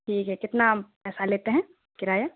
ٹھیک ہے کتنا پیسہ لیتے ہیں کرایہ